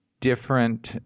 different